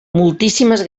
moltíssimes